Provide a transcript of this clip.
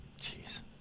Jeez